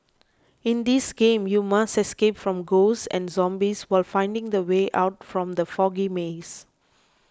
in this game you must escape from ghosts and zombies while finding the way out from the foggy maze